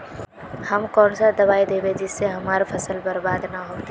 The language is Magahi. हम कौन दबाइ दैबे जिससे हमर फसल बर्बाद न होते?